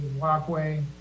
walkway